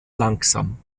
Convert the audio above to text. langsam